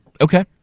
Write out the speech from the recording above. Okay